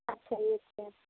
ਅੱਛਾ ਜੀ ਅੱਛਾ